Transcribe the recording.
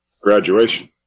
graduation